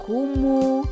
Kumu